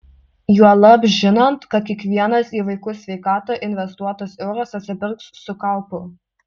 juolab žinant kad kiekvienas į vaikų sveikatą investuotas euras atsipirks su kaupu